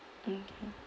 mmhmm